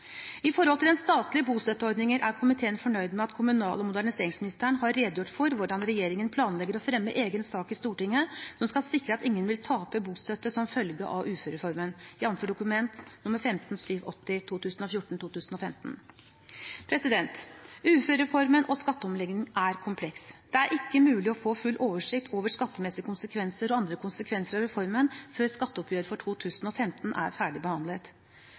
moderniseringsministeren har redegjort for hvordan regjeringen planlegger å fremme egen sak i Stortinget som skal sikre at ingen vil tape bostøtte som følge av uførereformen, jf. Dokument nr. 15:780 for 2014–2015. Uførereformen og skatteomleggingen er kompleks. Det er ikke mulig å få full oversikt over skattemessige konsekvenser og andre konsekvenser av reformen før skatteoppgjøret for 2015 er